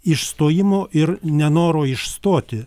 išstojimo ir nenoro išstoti